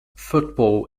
football